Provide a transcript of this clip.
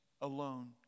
alone